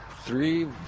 three